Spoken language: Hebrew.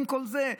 עם כל זה,